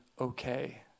okay